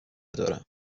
دارم